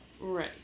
Right